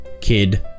kid